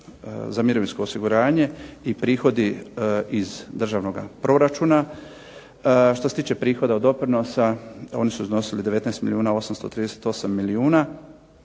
za mirovinsko osiguranje i prihodi iz državnoga proračuna. Što se tiče prihoda od doprinosa oni su iznosili 19 milijuna 838 milijuna